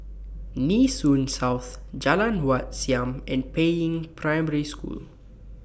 Nee Soon South Jalan Wat Siam and Peiying Primary School